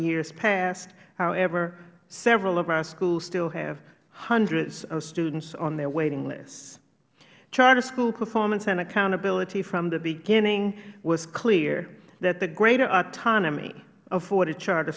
years past however several of our schools still have hundreds of students on their waiting lists charter school performance and accountability from the beginning was clear that the greater autonomy afforded charter